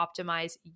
optimize